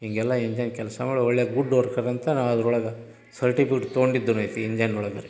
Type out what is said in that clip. ಹೀಗೆಲ್ಲ ಇಂಜನ್ ಕೆಲಸ ಮಾಡಿ ಒಳ್ಳೆಯ ಗುಡ್ ವರ್ಕರ್ ಅಂತ ನಾವು ಅದ್ರೊಳಗೆ ಸರ್ಟಿಫಿಕ್ಟ್ ತೊಗೊಂಡಿದ್ದೂ ಐತಿ ಇಂಜನ್ ಒಳಗೆ